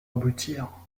aboutir